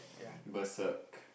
berserk